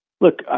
look